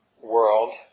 world